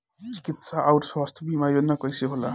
चिकित्सा आऊर स्वास्थ्य बीमा योजना कैसे होला?